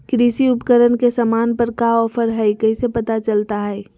कृषि उपकरण के सामान पर का ऑफर हाय कैसे पता चलता हय?